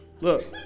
Look